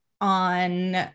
on